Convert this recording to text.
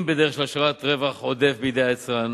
אם בדרך של השארת רווח עודף בידי היצרן,